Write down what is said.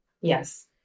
Yes